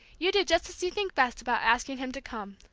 you do just as you think best about asking him to come.